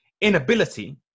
inability